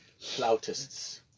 Flautists